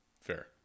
fair